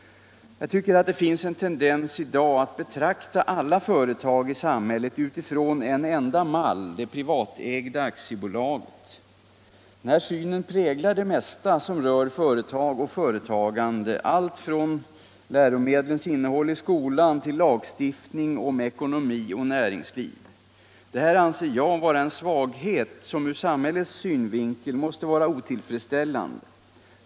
Det finns en tendens i dag att betrakta alla företag i samhället utifrån en enda mall — det privatägda aktiebolaget. Denna syn präglar det mesta som rör företag och företagande — allt från läromedel i skolan till lagstiftning om ekonomi och näringsliv. Detta anser jag vara en svaghet, som ur samhällets synvinkel måste vara otillfredsställande.